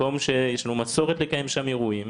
מקום שיש לנו מסורת לקיים שם אירועים.